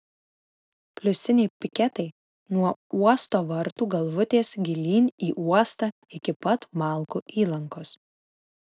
pliusiniai piketai nuo uosto vartų galvutės gilyn į uostą iki pat malkų įlankos